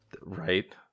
Right